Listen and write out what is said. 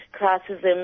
classism